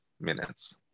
minutes